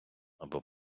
або